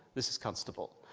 this is constable.